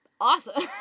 awesome